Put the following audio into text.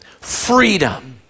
freedom